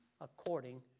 according